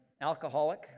Alcoholic